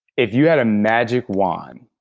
if you had a magic wand,